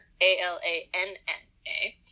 A-L-A-N-N-A